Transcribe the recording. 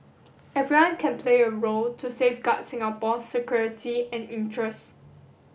everyone can play a role to safeguard Singapore's security and interest